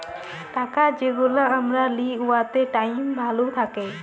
টাকা যেগলা আমরা লিই উয়াতে টাইম ভ্যালু থ্যাকে